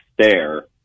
stare